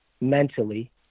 mentally